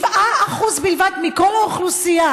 7% בלבד מכל האוכלוסייה